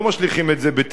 לא משליכים את זה בתל-אביב,